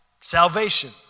salvation